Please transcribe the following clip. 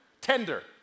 Tender